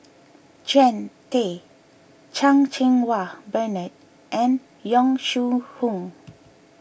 Jean Tay Chan Cheng Wah Bernard and Yong Shu Hoong